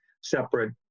separate